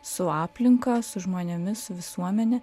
su aplinka su žmonėmis su visuomene